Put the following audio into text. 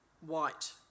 white